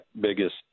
biggest